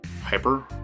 hyper